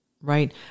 right